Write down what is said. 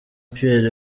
pierre